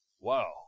Wow